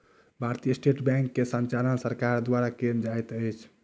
भारतीय State Bank के संचालन सरकार द्वारा कयल जाइत अछि